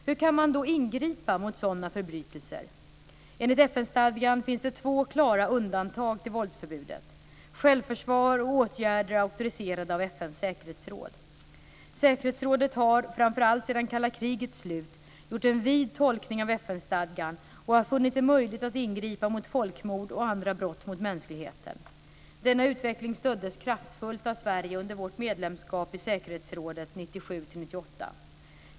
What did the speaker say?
Hur kan man då ingripa mot sådana förbrytelser? Enligt FN-stadgan finns det två klara undantag till våldsförbudet: självförsvar och åtgärder auktoriserade av FN:s säkerhetsråd. Säkerhetsrådet har, framför allt sedan kalla krigets slut, gjort en vid tolkning av FN stadgan och har funnit det möjligt att ingripa mot folkmord och andra brott mot mänskligheten. Denna utveckling stöddes kraftfullt av Sverige under vårt medlemskap i säkerhetsrådet 1997-1998.